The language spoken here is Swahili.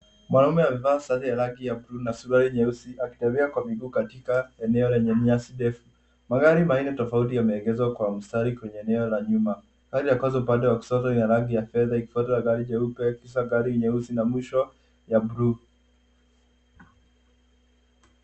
Mwanaume amevaa sare ya rangi ya bluu na suruali nyeusi akitembea kwa miguu katika eneo lenye nyasi ndefu. Magari manne tofauti yameegezwa kwa mstari kwenye eneo la nyuma, gari ya kwanza upande wa kushoto ni ya rangi ya fedha, ikifuatwa na gari jeupe kisha gari nyeusi na mwisho ya bluu.